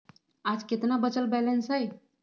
आज केतना बचल बैलेंस हई?